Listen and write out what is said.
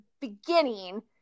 beginning